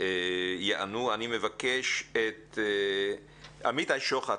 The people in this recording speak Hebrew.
יענו אני מבקש לשמוע את אמיתי שוחט,